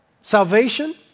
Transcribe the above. Salvation